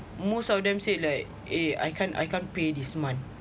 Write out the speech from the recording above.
most of them said like eh I can't I can't pay this month